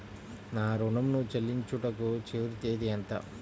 నా ఋణం ను చెల్లించుటకు చివరి తేదీ ఎంత?